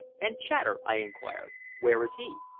and chater? i inquired where is he?